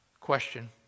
Question